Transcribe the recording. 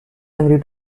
angry